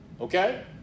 okay